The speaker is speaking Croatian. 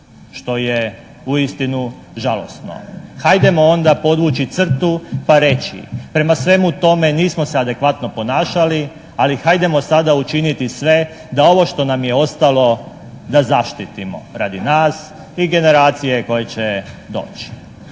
što je uistinu žalosno. Hajdemo onda podvući crtu pa reći prema svemu tome nismo se adekvatno ponašali, ali hajdemo sada učiniti sve da ovo što nam je ostalo da zaštitimo radi nas i generacije koje će doći